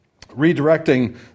Redirecting